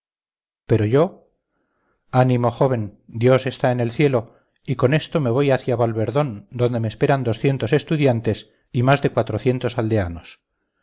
pero yo ánimo joven dios está en el cielo y con esto me voy hacia valverdón donde me esperan doscientos estudiantes y más de cuatrocientos aldeanos